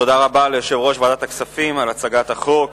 תודה רבה ליושב-ראש ועדת הכספים על הצגת החוק.